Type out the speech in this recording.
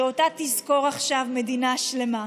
שאותה תזכור עכשיו מדינה שלמה.